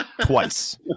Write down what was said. Twice